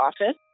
office